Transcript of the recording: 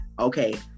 Okay